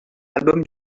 album